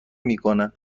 میکنه